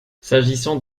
s’agissant